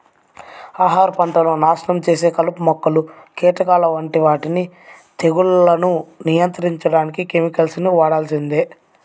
ఆహార పంటలను నాశనం చేసే కలుపు మొక్కలు, కీటకాల వంటి వాటిని తెగుళ్లను నియంత్రించడానికి కెమికల్స్ ని వాడాల్సిందే